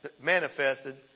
manifested